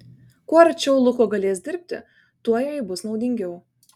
kuo arčiau luko galės dirbti tuo jai bus naudingiau